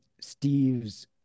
Steve's